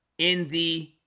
in the